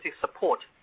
support